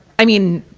i mean,